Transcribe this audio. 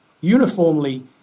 uniformly